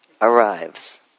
arrives